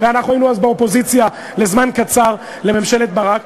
ואנחנו היינו אז באופוזיציה לזמן קצר לממשלת ברק,